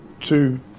two